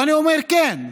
אבל אני אומר: כן,